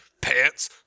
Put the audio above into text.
pants